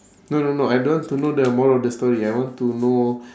no no no I don't want to know the moral of the story I want to know